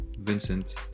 Vincent